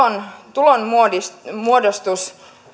tulonmuodostus